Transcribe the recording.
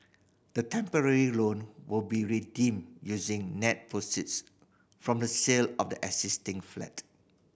the temporary loan will be redeemed using net proceeds from the sale of the existing flat